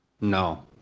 no